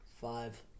Five